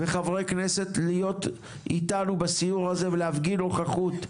וחברי כנסת ,להיות איתנו בסיור הזה ולהפגין נוכחות,